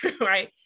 right